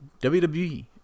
WWE